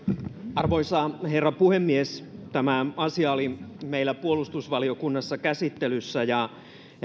arvoisa herra puhemies tämä asia oli meillä puolustusvaliokunnassa käsittelyssä ja